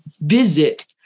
visit